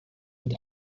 mit